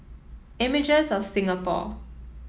Images of Singapore